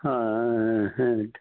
ஆ ஆ